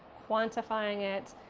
quantifying it,